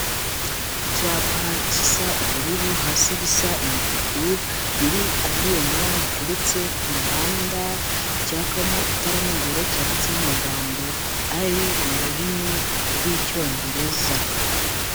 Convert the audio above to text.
Icyapa kisa ubururu, hasi gisa umutuku, kiri ku byuma, giteretse ku muhanda, cyakamo itara mo imbere, cyanditseho amagambo ari mu rurimi rw'Icyongereza.